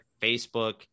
Facebook